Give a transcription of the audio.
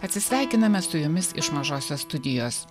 atsisveikiname su jumis iš mažosios studijos